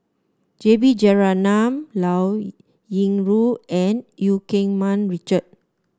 J B Jeyaretnam Liao Yingru and Eu Keng Mun Richard